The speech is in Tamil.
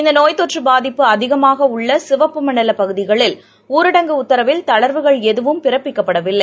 இந்நோய்த்தொற்றுபாதிப்பு அதிகமாகஉள்ளசிவப்பு மண்டலபகுதிகளில் ஊரடங்கு உத்தரவில் தளா்வுகள் எதுவும் பிறப்பிக்கப்படவில்லை